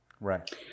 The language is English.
right